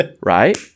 right